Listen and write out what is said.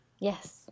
Yes